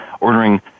ordering